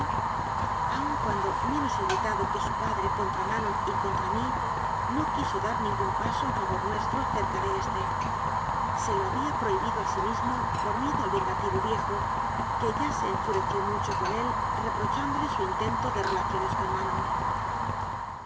aun cuando menos irritado que su padre contra manon y contra mí no quiso dar ningún paso en favor nuestro cerca de éste se lo había prohi bido a sí mismo por miedo al vengativo viejo que ya se enfureció mucho con él reprochándole su intento de relaciones con manon